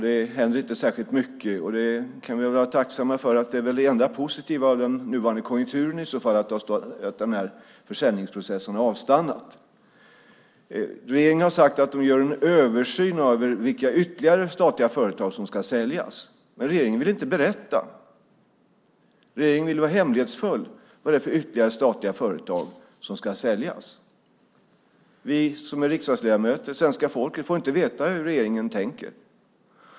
Det händer inte särskilt mycket, och vi kan väl vara tacksamma för det, trots att det är det enda positiva av den nuvarande konjunkturen att den här försäljningsprocessen har avstannat. Regeringen har sagt att de gör en översyn av vilka ytterligare statliga företag som ska säljas. Men regeringen vill inte berätta. Regeringen vill vara hemlighetsfull om vad det är för ytterligare statliga företag som ska säljas. Vi som är riksdagsledamöter, svenska folket, får inte veta hur regeringen tänker.